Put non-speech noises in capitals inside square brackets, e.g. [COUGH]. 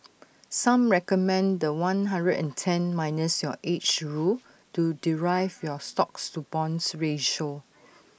some recommend The One hundred and ten minus your age rule to derive your stocks to bonds ratio [NOISE]